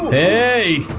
a